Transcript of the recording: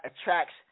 attracts